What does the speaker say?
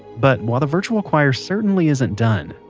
but while the virtual choir certainly isn't done,